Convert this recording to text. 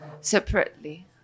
separately